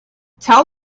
tell